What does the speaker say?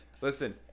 listen